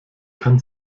kann